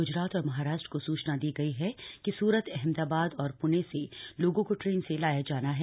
ग्रजरात और महाराष्ट्र को सूचना दी गई है कि सूरत अहमदाबाद और प्णे से लोगों को ट्रेन से लाया जाना है